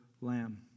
lamb